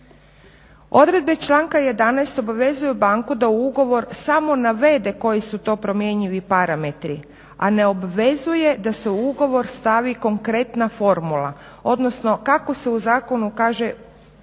Odredbe članka 11. obvezuju banku da u ugovor samo navede koji su to promjenjivi parametri, a ne obvezuje da se u ugovor stavi konkretna formula, odnosno kako se u zakonu kaže ili